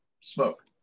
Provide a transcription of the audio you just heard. smoke